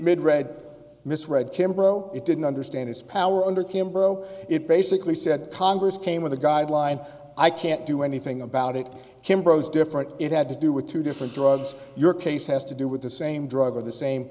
made read misread kimbo it didn't understand its power under came bro it basically said congress came with a guideline i can't do anything about it came bros different it had to do with two different drugs your case has to do with the same drug or the same